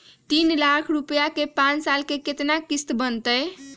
तीन लाख रुपया के पाँच साल के केतना किस्त बनतै?